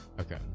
okay